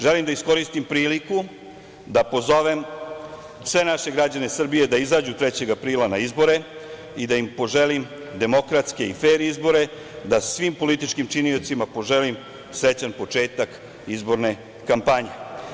Želim da iskoristim priliku da pozove sve naše građane Srbije da izađu 3. aprila na izbore i da im poželim demokratske i fer izbore, da svim političkim činiocima poželim srećan početak izborne kampanje.